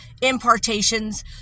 impartations